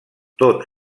tot